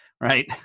Right